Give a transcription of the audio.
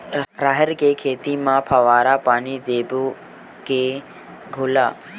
राहेर के खेती म फवारा पानी देबो के घोला?